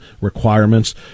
requirements